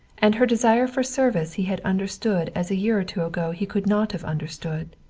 and her desire for service he had understood as a year or two ago he could not have understood.